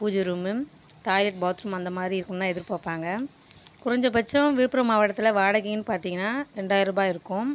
பூஜை room toilet bathroom அந்த மாதிரி இருக்கணுனு தான் எதிர்பார்ப்பாங்க குறைஞ்ச பச்சம் விழுப்புரம் மாவட்டத்தில் வாடகையினு பார்த்தீங்கனா ரெண்டாயிரூபாய் இருக்கும்